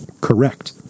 correct